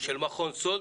של מכון סוד,